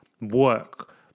work